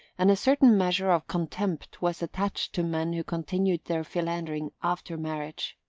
and a certain measure of contempt was attached to men who continued their philandering after marriage.